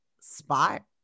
spot